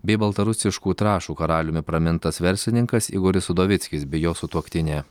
bei baltarusiškų trąšų karaliumi pramintas verslininkas igoris sudovickis bei jo sutuoktinė